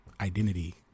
identity